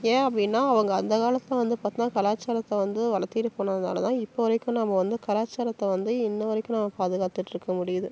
ஏன் அப்படின்னா அவங்க அந்த காலத்தில் வந்து பார்த்திங்கன்னா கலாச்சாரத்தை வந்து வளத்துட்டு போனதுனால தான் இப்போ வரைக்கும் நாம் வந்து கலாச்சாரத்தை வந்து இன்று வரைக்கும் நம்ம பாதுகாத்துட்டுருக்க முடியுது